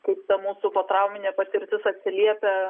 kaip ta mūsų potrauminė patirtis atsiliepia